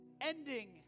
ending